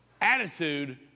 attitude